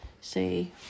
say